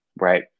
right